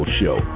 show